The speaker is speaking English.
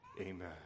Amen